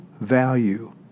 value